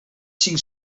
cinc